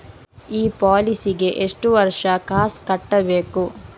ಈ ಪಾಲಿಸಿಗೆ ಎಷ್ಟು ವರ್ಷ ಕಾಸ್ ಕಟ್ಟಬೇಕು?